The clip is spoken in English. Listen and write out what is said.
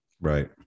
Right